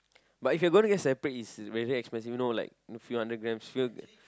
but if you're gonna get separate it's very expensive you know like you know a few hundred grams